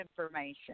information